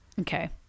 Okay